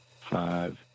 five